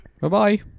Bye-bye